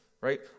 right